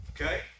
Okay